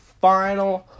final